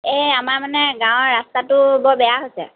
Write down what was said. এই আমাৰ মানে গাঁৱৰ ৰাস্তাটো বৰ বেয়া হৈছে